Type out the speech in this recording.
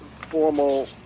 formal